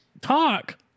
Talk